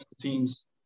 team's